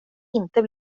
inte